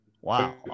wow